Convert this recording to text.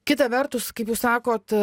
kita vertus kaip jūs sakot